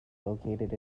located